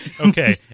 Okay